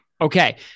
Okay